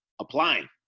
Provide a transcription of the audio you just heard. applying